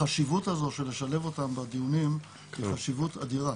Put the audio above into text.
החשיבות של לשלב אותם בדיונים היא חשיבות אדירה.